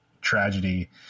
tragedy